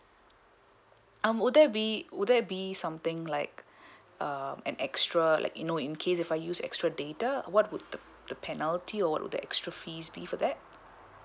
um would that be would that be something like uh an extra like you know in case if I use extra data what would the the penalty or would the extra fees be for that